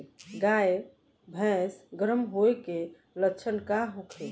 गाय भैंस गर्म होय के लक्षण का होखे?